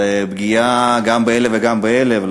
זה פגיעה גם באלה וגם באלה,